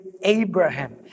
Abraham